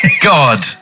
God